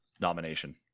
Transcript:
nomination